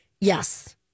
Yes